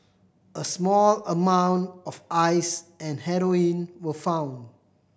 a small amount of Ice and heroin were found